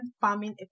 farming